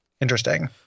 interesting